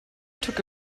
took